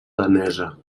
danesa